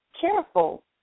careful